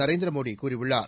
நரேந்திர மோடி கூறியுள்ளார்